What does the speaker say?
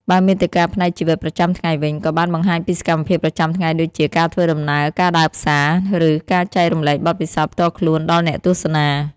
បើមាតិកាផ្នែកជីវិតប្រចាំថ្ងៃវិញ ក៏បានបង្ហាញពីសកម្មភាពប្រចាំថ្ងៃដូចជា ការធ្វើដំណើរ ការដើរផ្សារ ឬការចែករំលែកបទពិសោធន៍ផ្ទាល់ខ្លួនដល់អ្នកទស្សនា។